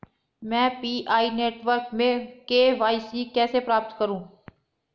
मैं Pi network में KYC कैसे प्राप्त करूँ?